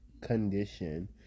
condition